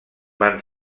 van